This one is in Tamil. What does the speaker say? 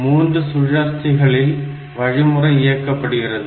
3 சுழற்சிகளில் வழிமுறை இயக்கப்படுகிறது